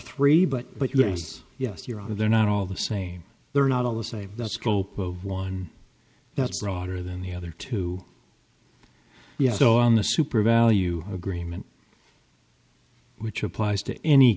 three but but yes yes your honor they're not all the same they're not all the save the scope of one that's broader than the other two yes so on the super value agreement which applies to any